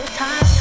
time